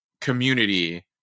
community